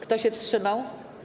Kto się wstrzymał?